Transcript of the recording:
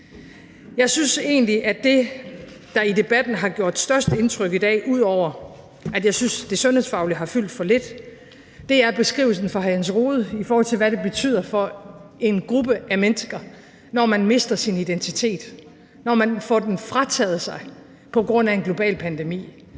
Jeg synes egentlig, at det, der i debatten har gjort størst indtryk i dag, ud over at jeg synes, at det sundhedsfaglige har fyldt for lidt, er beskrivelsen fra hr. Jens Rohde, i forhold til hvad det betyder for en gruppe af mennesker, når de mister deres identitet, når man får den frataget på grund af en global pandemi.